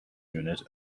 unit